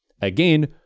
Again